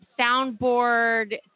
soundboard